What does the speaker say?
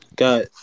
Got